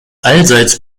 allseits